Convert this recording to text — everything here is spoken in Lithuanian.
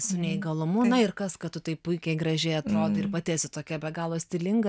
su neįgalumu na ir kas kad taip puikiai gražiai atrodai ir pati esi tokia be galo stilinga